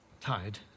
tired